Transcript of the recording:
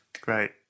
Great